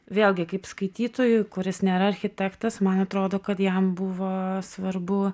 vėlgi kaip skaitytojui kuris nėra architektas man atrodo kad jam buvo svarbu